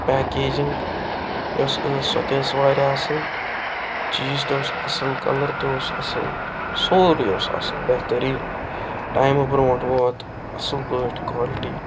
packaging یۄس ٲس سۄ تہِ ٲس وارِیاہ اصٕل چیٖز تہِ اوس اصٕل کلر تہِ اوس اصٕل سورٕے اوس آصٕل بہتریٖن ٹایمہٕ برٛونٹھ ووت اصٕل پٲٹھۍ کالٹی